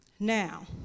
Now